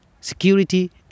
security